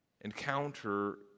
encounter